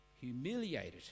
humiliated